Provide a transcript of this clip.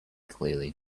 clearly